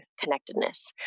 connectedness